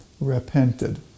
repented